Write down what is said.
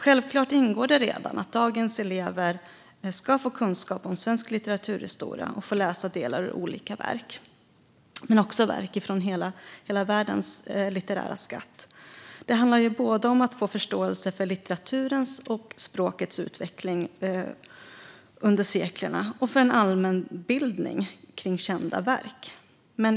Självklart ingår det redan att dagens elever ska få kunskap om svensk litteraturhistoria och få läsa delar av olika svenska verk, liksom verk ur hela världens litterära skatt. Det handlar både om att få förståelse för litteraturens och språkets utveckling genom seklerna och om att få en allmänbildning kring kända verk.